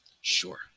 Sure